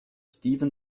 steven